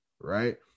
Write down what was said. right